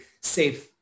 safe